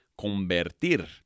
convertir